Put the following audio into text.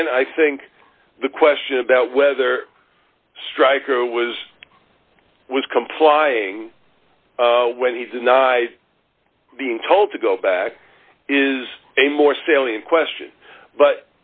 then i think the question about whether stryker was was complying when he denied being told to go back is a more salient question but